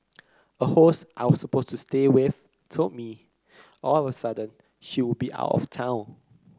a host I was supposed to stay with told me all of a sudden she would be out of town